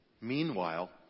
Meanwhile